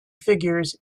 figures